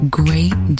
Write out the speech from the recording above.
great